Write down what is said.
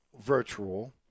virtual